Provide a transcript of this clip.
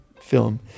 film